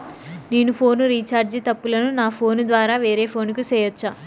నేను phone recharge తప్పులను నా ఫోను ద్వారా వేరే ఫోను కు సేయొచ్చా?